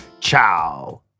ciao